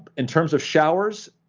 in terms of showers,